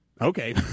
okay